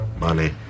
Money